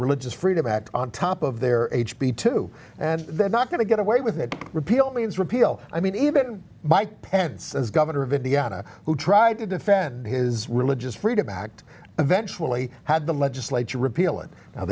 religious freedom act on top of their h b two and they're not going to get away with it repeal means repeal i mean even mike pence as governor of indiana who tried to defend his religious freedom act eventually had the legislature repeal it